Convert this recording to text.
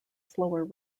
slower